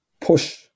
push